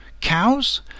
Cows